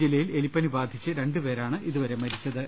ജില്ലയിൽ എലിപ്പനി ബാധിച്ച് രണ്ടുപേരാണ് ഇതുവരെ മരിച്ചത്